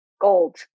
Gold